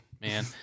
man